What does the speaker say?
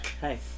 Hey